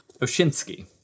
Oshinsky